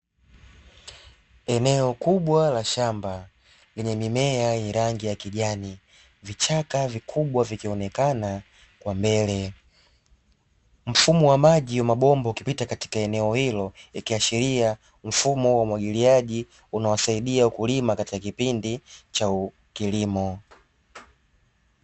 Eneo kubwa la shamba lenye mimea yenye rangi ya kijani, vichaka vikubwa vikionekana kwa mbele. Mfumo wa maji wa mabomba ukipita katika eneo hilo yakiashiria mfumo wa umwagiliaji unaowasaidia wakulima katika kipindi cha kilimo.